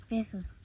¿Pesos